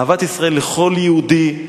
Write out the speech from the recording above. אהבת ישראל לכל יהודי,